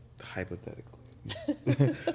hypothetically